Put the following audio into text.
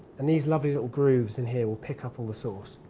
and, these lovely little grooves in here will pick up all the sauce.